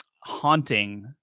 haunting